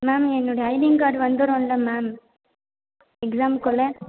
ma'am என்னுடைய ID card வந்துடுல ma'am எக்ஸாமுக்குள்ளே